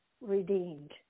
redeemed